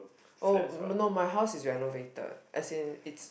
oh no my house is renovated as in it's